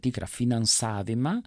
tikrą finansavimą